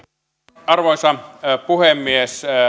arvoisa puhemies